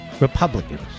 Republicans